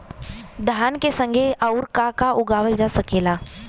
धान के संगे आऊर का का उगावल जा सकेला?